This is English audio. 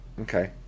Okay